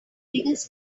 biggest